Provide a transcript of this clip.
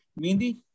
Mindi